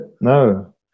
No